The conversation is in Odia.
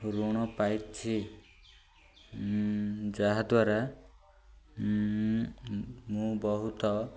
ଋଣ ପାଇଛି ଯାହାଦ୍ୱାରା ମୁଁ ବହୁତ